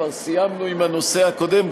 כבר סיימנו עם הנושא הקודם,